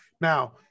Now